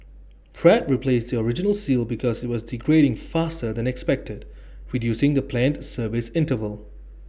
Pratt replaced the original seal because IT was degrading faster than expected reducing the planned service interval